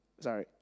Sorry